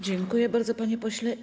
Dziękuję bardzo, panie pośle.